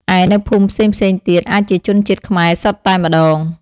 ឯ នៅភូមិផ្សេងៗទៀត អាចជាជនជាតិខ្មែរសុទ្ធតែម្ដង។